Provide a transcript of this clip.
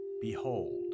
behold